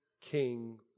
king